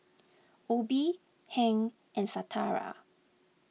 Obie Hank and Shatara